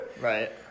right